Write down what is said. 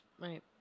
right